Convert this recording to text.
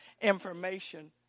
information